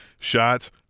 shots